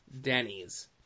Denny's